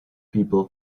people